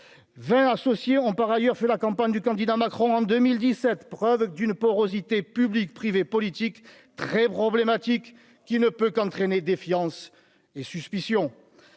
20 associés ont par ailleurs fait la campagne du candidat Macron en 2017, preuve d'une porosité public-privé politique très problématique, qui ne peut qu'entraîner défiance et suspicion